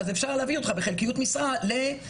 אז אפשר להעביר אותך בחלקיות משרה לנושאים